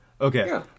Okay